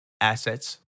Assets